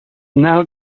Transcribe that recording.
now